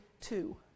two